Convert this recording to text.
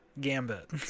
Gambit